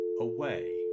away